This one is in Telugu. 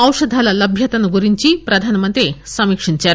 ఔషధాల లభ్యతను గురించి ప్రధానమంత్రి సమీక్షిందారు